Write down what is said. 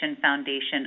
foundation